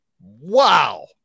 Wow